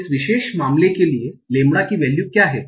इस विशेष मामले के लिए लैम्ब्डा की वैल्यू क्या है